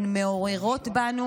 הן מעוררות בנו